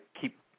keep